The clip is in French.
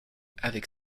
avec